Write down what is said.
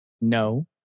no